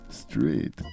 street